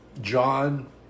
John